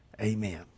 amen